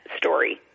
story